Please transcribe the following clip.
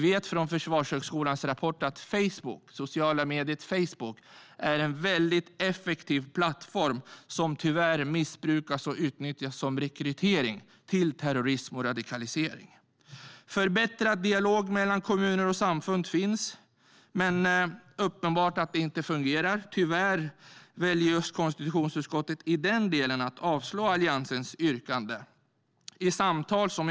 Utifrån Försvarshögskolans rapport vet vi att det sociala mediet Facebook är en effektiv plattform som tyvärr missbrukas och nyttjas till rekrytering till terrorism och radikalisering. Förbättrad dialog mellan kommuner och samfund finns. Men det är uppenbart att det inte fungerar. Tyvärr väljer konstitutionsutskottet att avslå Alliansens yrkande i just den delen.